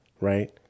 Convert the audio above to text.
right